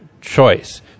choice